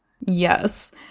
yes